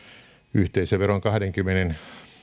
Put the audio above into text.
yhteisöveron kahdenkymmenen